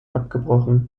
abgebrochen